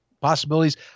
possibilities